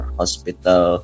hospital